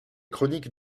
chroniques